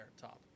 top